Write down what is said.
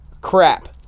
crap